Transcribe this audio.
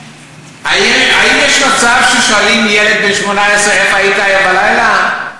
האם יש מצב ששואלים ילד בן 18 איפה היית היום בלילה?